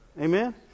Amen